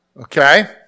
Okay